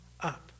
up